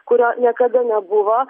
kurio niekada nebuvo